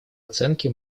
оценке